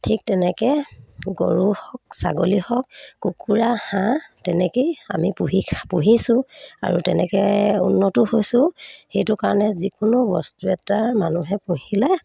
ঠিক তেনেকৈ গৰু হওক ছাগলী হওক কুকুৰা হাঁহ তেনেকেই আমি পুহি পুহিছোঁ আৰু তেনেকৈ উন্নতো হৈছোঁ সেইটো কাৰণে যিকোনো বস্তু এটাৰ মানুহে পুহিলে